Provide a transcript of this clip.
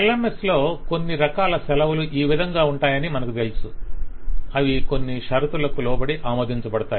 LMS లో కొన్ని రకాల సెలవులు ఈ విధంగా ఉంటాయని మనకు తెలుసు - అవి కొన్ని షరతులను లోబడి ఆమోదించబడతాయి